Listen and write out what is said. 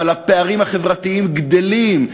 אבל הפערים החברתיים גדלים.